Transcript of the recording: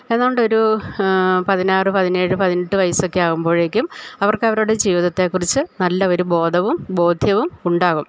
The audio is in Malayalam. അതുകൊണ്ടൊരു പതിനാറ് പതിനേഴ് പതിനെട്ട് വയസാകുമ്പോഴേക്കും അവർക്ക് അവരുടെ ജീവിതത്തെക്കുറിച്ച് നല്ലൊരു ബോധവും ബോധ്യവും ഉണ്ടാകും